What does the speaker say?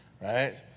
right